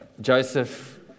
Joseph